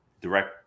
direct